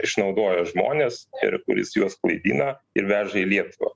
išnaudoja žmones ir kuris juos klaidina ir veža į lietuvą